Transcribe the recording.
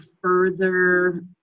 further